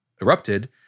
erupted